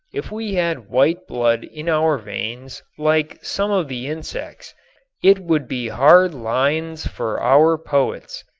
if we had white blood in our veins like some of the insects it would be hard lines for our poets.